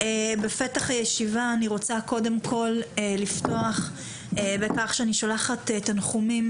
בפתח הישיבה אני רוצה קודם כל לפתוח בכך שאני שולחת תנחומים